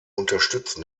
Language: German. unterstützen